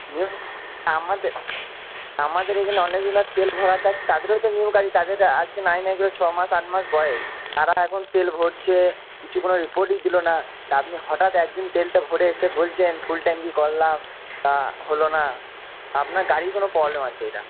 আমাদের আমাদের এইখানে অনেকজন তেল ভরাতে আসে তাদেরও তো নিউ গাড়ি তাদের আজকে না না করে ছমাস আট মাস বয়স তারা এখন তেল ভরছে কিছু কোনো রিপোর্টই দিল না তা আপনি হঠাৎ এক দিন তেলটা ভরে এসে বলছেন ফুল ট্যাঙ্কি করলাম তা হলো না আপনার গাড়ির কোনো প্রবলেম আছে এটা